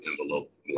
envelope